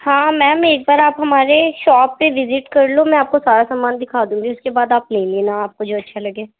ہاں میم ایک بار آپ ہمارے شاپ پہ وزٹ کر لو میں آپ کو سارا سامان دکھا دوں گی اُس کے بعد آپ لے لینا آپ کو جو اچھا لگے